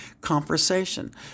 conversation